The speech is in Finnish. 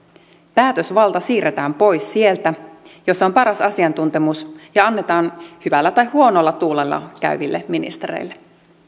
päätösvalta siirretään pois sieltä jossa on paras asiantuntemus ja annetaan hyvällä tai huonolla tuulella käyville ministereille